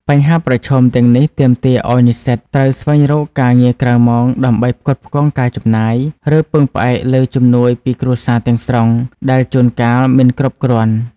បញ្ហាប្រឈមទាំងនេះទាមទារឲ្យនិស្សិតត្រូវស្វែងរកការងារក្រៅម៉ោងដើម្បីផ្គត់ផ្គង់ការចំណាយ ឬពឹងផ្អែកលើជំនួយពីគ្រួសារទាំងស្រុង ដែលជួនកាលមិនគ្រប់គ្រាន់។